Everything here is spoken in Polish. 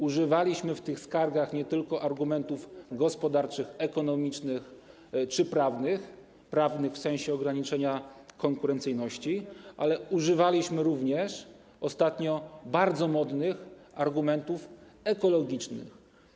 Używaliśmy w tych skargach nie tylko argumentów gospodarczych, ekonomicznych czy prawnych - prawnych w sensie ograniczenia konkurencyjności - ale używaliśmy również ostatnio bardzo modnych argumentów ekologicznych.